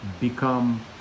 become